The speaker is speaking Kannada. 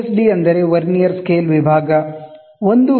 ಡಿ ವರ್ನಿಯರ್ ಸ್ಕೇಲ್ ವಿಭಾಗ 1 ವಿ